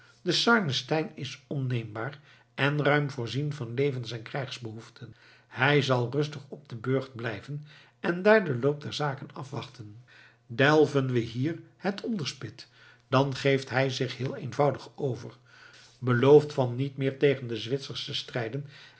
de sarnenstein is onneembaar en ruim voorzien van levens en krijgsbehoeften hij zal rustig op den burcht blijven en daar den loop der zaken afwachten delven we hier het onderspit dan geeft hij zich heel eenvoudig over belooft van niet meer tegen de zwitsers te strijden